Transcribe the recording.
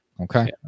Okay